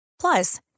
Plus